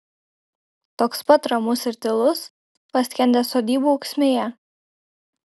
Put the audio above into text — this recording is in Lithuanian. toks pat ramus ir tylus paskendęs sodybų ūksmėje